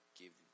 give